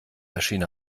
erschien